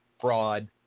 fraud